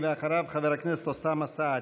אחריו, חבר הכנסת אוסאמה סעדי.